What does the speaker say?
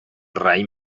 raïm